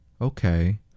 Okay